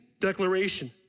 declaration